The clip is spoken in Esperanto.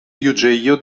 juĝejo